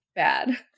Bad